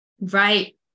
Right